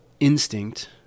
instinct